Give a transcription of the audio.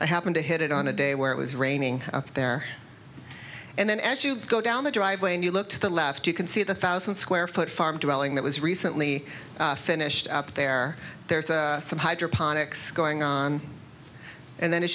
i happen to hit it on a day where it was raining there and then as you go down the driveway and you look to the left you can see the thousand square foot farm developing that was recently finished up there there is some hydroponics going on and